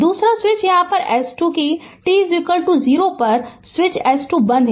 दूसरा स्विच यहाँ S 2 है कि t 0 पर स्विच S 2 बंद है